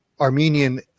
Armenian